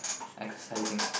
exercising